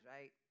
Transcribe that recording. right